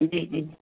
जी जी